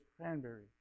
cranberry